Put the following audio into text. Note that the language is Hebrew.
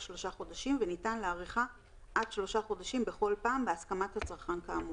שלושה חודשים וניתן להאריכה עד שלושה חודשים בכל פעם בהסכמת הצרכן כאמור.